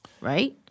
right